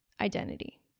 identity